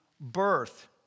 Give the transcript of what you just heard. birth